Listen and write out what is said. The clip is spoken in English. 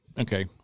okay